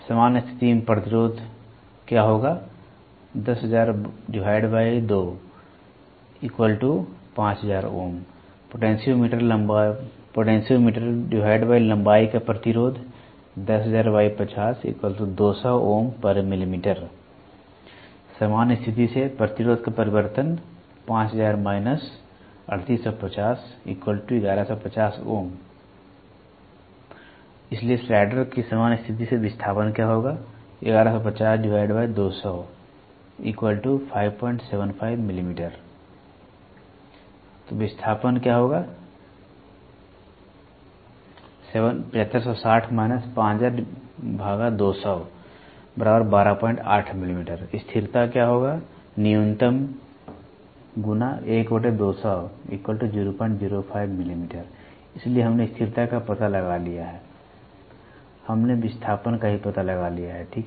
सामान्य स्थिति में प्रतिरोध पोटेंशियोमीटर लंबाई का प्रतिरोध सामान्य स्थिति से प्रतिरोध का परिवर्तन 5000 3850 1150 Ω इसलिए स्लाइडर की सामान्य स्थिति से विस्थापन विस्थापन स्थिरता न्यूनतम इसलिए हमने स्थिरता का पता लगा लिया है हमने विस्थापन का भी पता लगा लिया है ठीक है